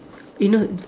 eh no